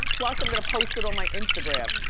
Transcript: plus, i'm gonna post it on my instagram.